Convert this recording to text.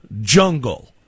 jungle